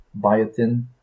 biotin